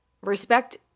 respect